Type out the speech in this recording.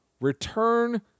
return